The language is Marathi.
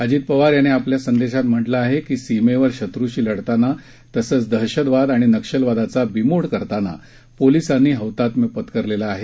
अजित पवार यांनी आपल्या संदेशात म्हटलं आहे की सीमेवर शत्रुशी लढताना तसंच दहशतवाद आणि नक्षलवादाचा बिमोड करताना पोलिसांनी हौतात्म्य पत्करलं आहे